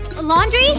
Laundry